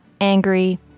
angry